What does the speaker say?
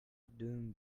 doomed